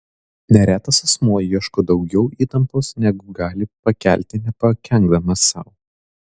neretas asmuo ieško daugiau įtampos negu gali pakelti nepakenkdamas sau